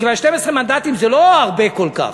מכיוון ש-12 מנדטים זה לא הרבה כל כך.